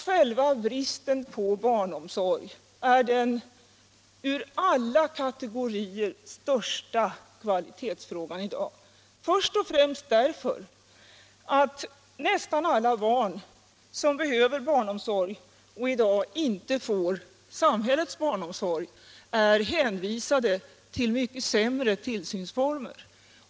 Själva bristen på barnomsorg är i dag den ur alla kategorier största kvalitetsfrågan, först och främst därför att nästan alla barn som behöver barnomsorg och i dag inte får samhällets barnomsorg är hänvisade till mycket sämre tillsynsformer.